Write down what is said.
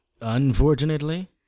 Unfortunately